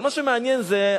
מה שמעניין זה,